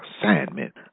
assignment